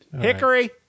Hickory